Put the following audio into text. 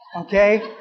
okay